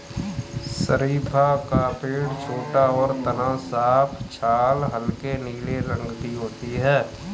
शरीफ़ा का पेड़ छोटा और तना साफ छाल हल्के नीले रंग की होती है